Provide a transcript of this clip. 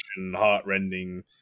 heart-rending